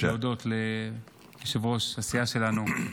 רק להודות ליושב-ראש הסיעה שלנו,